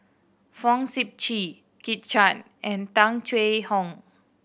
Fong Sip Chee Kit Chan and Tung Chye Hong